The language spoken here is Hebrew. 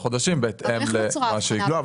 חודשים בהתאם למה --- אבל איך נוצרה ההבחנה בין --- לא,